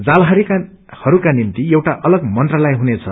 जालहादीहरूका निम्ति एउटा अलग मन्त्रालय हुनेछ